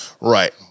Right